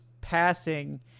passing